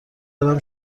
دارم